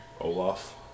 Olaf